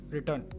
Return